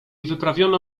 wyprawiono